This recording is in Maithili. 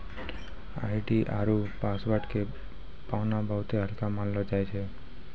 आई.डी आरु पासवर्ड के पाना बहुते हल्का मानलौ जाय छै